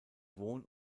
wohn